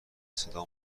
صدا